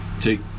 take